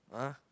!huh!